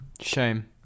shame